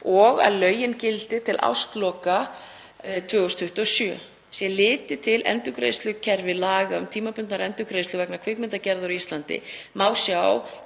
og að lögin gildi til ársloka 2027. Sé litið til endurgreiðslukerfis laga um tímabundnar endurgreiðslur vegna kvikmyndagerðar á Íslandi má sjá